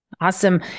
Awesome